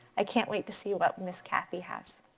i can't wait to see what miss kathy has.